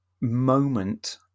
moment